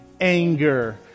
anger